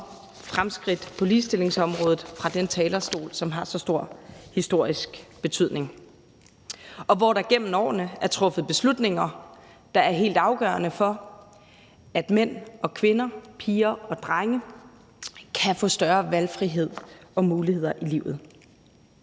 fremskridt på ligestillingsområdet fra den talerstol, som har så stor historisk betydning, og hvor der gennem årene er truffet beslutninger, der er helt afgørende for, at mænd og kvinder, piger og drenge kan få større valgfrihed og muligheder i livet.